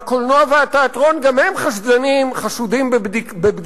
והקולנוע והתיאטרון גם הם חשודים בבגידה,